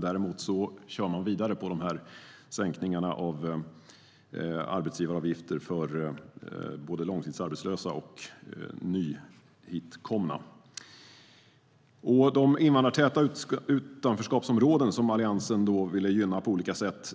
Däremot kör man vidare med sänkningarna av arbetsgivaravgifter för både långtidsarbetslösa och nyhitkomna. Redovisning av skatteutgifter 2015 De invandrartäta utanförskapsområden som Alliansen ville gynna på olika sätt